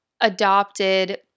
adopted